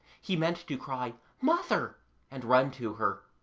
he meant to cry mother and run to her.